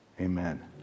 Amen